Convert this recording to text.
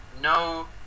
no